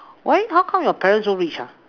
why how come your parent so richer